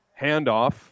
handoff